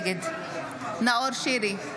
נגד נאור שירי,